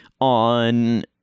on